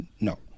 No